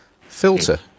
filter